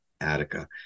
Attica